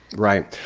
right.